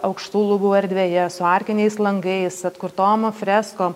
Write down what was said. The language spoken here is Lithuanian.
aukštų lubų erdvėje su arkiniais langais atkurtom freskom